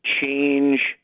change